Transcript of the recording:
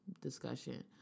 discussion